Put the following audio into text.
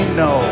no